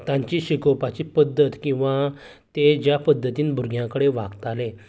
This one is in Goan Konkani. तांची शिकोवपाची पद्दत किंवां ते ज्या पद्दतीन भुरग्यां कडेन वागताले